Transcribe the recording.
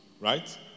right